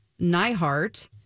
Nyhart